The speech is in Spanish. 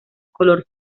color